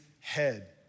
head